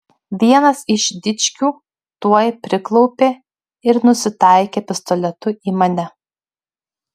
vienas iš dičkių tuoj priklaupė ir nusitaikė pistoletu į mane